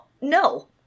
no